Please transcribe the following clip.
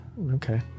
Okay